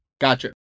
Gotcha